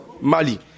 Mali